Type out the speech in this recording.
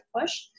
push